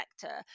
sector